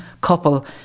couple